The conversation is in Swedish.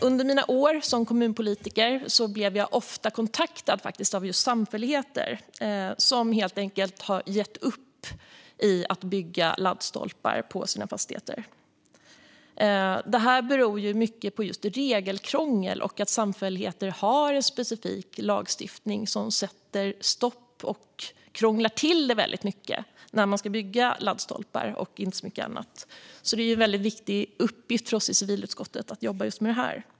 Under mina år som kommunpolitiker blev jag ofta kontaktad av just samfälligheter, som helt enkelt har gett upp när det gäller att bygga laddstolpar på sina fastigheter. Det beror i hög grad på regelkrångel och på att det finns en specifik lagstiftning för samfälligheter som krånglar till det när man ska bygga laddstolpar. Det är alltså en väldigt viktig uppgift för oss i civilutskottet att jobba med det här.